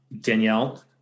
Danielle